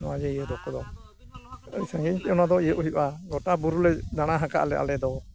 ᱱᱚᱣᱼᱚᱭ ᱡᱮ ᱤᱭᱟᱹ ᱠᱚᱫᱚ ᱟᱹᱰᱤ ᱥᱟᱺᱜᱤᱧ ᱛᱮ ᱱᱚᱣᱟ ᱫᱚ ᱤᱭᱟᱹᱜ ᱦᱩᱭᱩᱜᱼᱟ ᱜᱳᱴᱟ ᱵᱩᱨᱩ ᱞᱮ ᱫᱟᱬᱟ ᱟᱠᱟᱫ ᱟᱞᱮ ᱟᱞᱮ ᱫᱚ